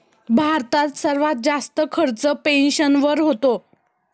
भारतात सर्वात जास्त खर्च पेन्शनवर होतो